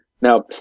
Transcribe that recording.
Now